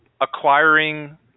acquiring